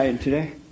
today